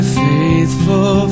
faithful